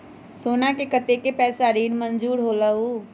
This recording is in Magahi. सोना पर कतेक पैसा ऋण मंजूर होलहु?